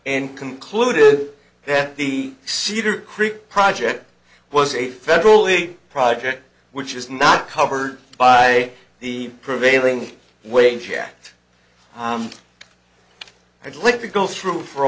and concluded that the cedar creek project was a federally project which is not covered by the prevailing wage act i'd like to go through for a